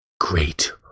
great